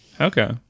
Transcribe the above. Okay